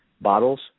bottles